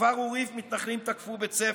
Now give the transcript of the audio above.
בכפר עוריף מתנחלים תקפו בית ספר,